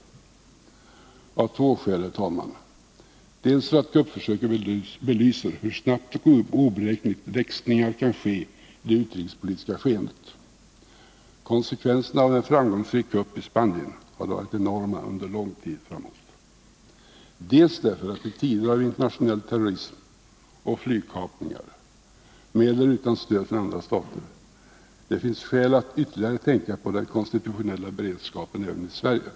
Det är av två skäl, herr talman: Dels därför att kuppförsöket belyser hur snabbt och oberäkneligt växlingar kan ske i det utrikespolitiska skeendet — konsekvenserna av en framgångsrik kupp i Spanien hade varit enorma under lång tid framåt — dels därför att det i tider av internationell terrorism och flygkapningar, med eller utan stöd från andra stater, finns skäl att ytterligare tänka på den konstitutionella beredskapen även i Sverige.